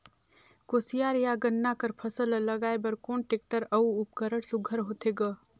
कोशियार या गन्ना कर फसल ल लगाय बर कोन टेक्टर अउ उपकरण सुघ्घर होथे ग?